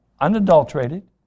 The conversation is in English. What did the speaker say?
unadulterated